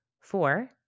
four